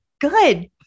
Good